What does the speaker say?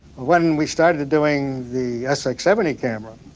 when we started doing the sx seventy camera,